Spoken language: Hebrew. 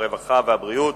הרווחה והבריאות,